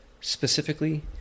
specifically